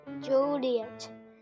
Juliet